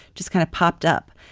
just kind of popped up.